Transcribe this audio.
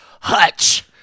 Hutch